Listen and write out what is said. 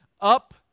up